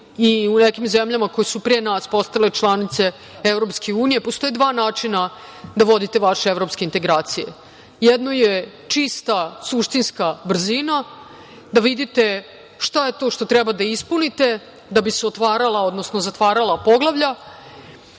i u nekim zemljama koje su pre nas postale članice EU, postoje dva načina da vodite vaše evropske integracije. Jedno je čista suštinska brzina. Da vidite šta je to šta treba da ispunite da bi se otvarala, odnosno, zatvarala poglavlja